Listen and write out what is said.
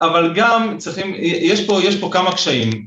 אבל גם צריכים, יש פה, יש פה כמה קשיים.